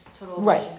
right